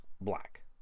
black